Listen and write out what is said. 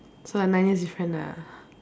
so like nine years different ah